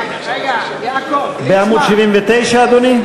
רגע, יעקב, ליצמן בעמוד 79, אדוני?